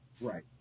Right